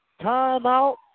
Timeout